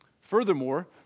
Furthermore